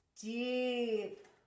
Deep